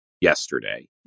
yesterday